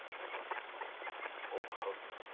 i lost all hope.